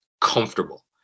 comfortable